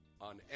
on